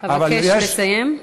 אבקש לסיים.